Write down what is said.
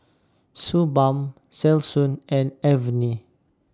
Suu Balm Selsun and Avene